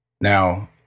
Now